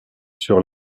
sur